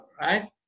right